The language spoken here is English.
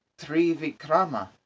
Trivikrama